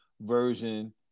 version